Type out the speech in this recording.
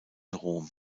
rom